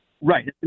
Right